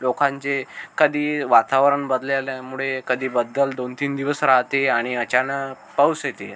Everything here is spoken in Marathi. लोकांचे कधी वातावरण बदलेल्यामुळे कधी बदल दोनतीन दिवस राहते आणि अचानक पाऊस येते